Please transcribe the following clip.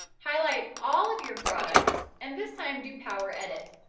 highlight all of your products, and this time do power edit.